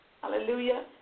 Hallelujah